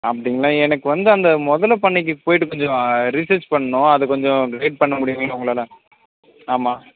அப்படிங்ளா எனக்கு வந்த அந்த முதல பன்னைக்கு போயிவிட்டு கொஞ்சம் ரிசர்ச் பண்ணும் அதுக்கு கொஞ்சம் கைடு பண்ண முடியுங்களா உங்குளால ஆமாம்